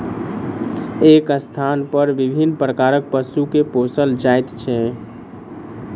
एक स्थानपर विभिन्न प्रकारक पशु के पोसल जाइत छै